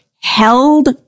held